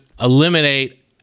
eliminate